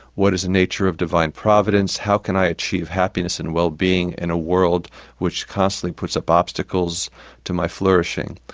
what is the nature of divine providence, how can i achieve happiness and well-being in a world which constantly puts up obstacles to my flourishing?